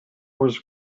was